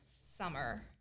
summer